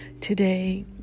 today